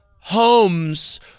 homes